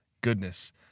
goodness